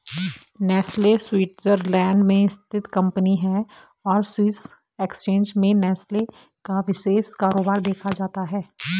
Nestle Switzerland में स्थित company है और स्विस एक्सचेंज में नेस्ले का विशेष कारोबार देखा जाता है